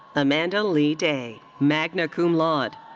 amanda leigh day, magna cum laude.